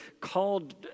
called